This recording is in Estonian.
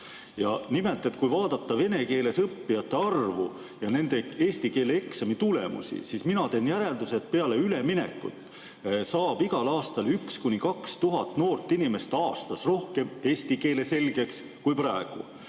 Ja nimelt, kui vaadata vene keeles õppijate arvu ja nende eesti keele eksami tulemusi, siis mina teen järelduse, et peale üleminekut saab igal aastal 1000–2000 noort inimest aastas rohkem eesti keele selgeks kui praegu.